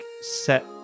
set